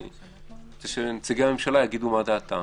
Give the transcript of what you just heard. אני רוצה שנציגי הממשלה יגידו מה דעתם